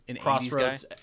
Crossroads